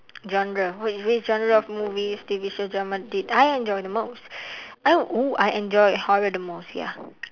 genre which which genre of movies T_V show drama did I enjoy the most I would !woo! I enjoy horror the most ya